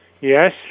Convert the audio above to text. Yes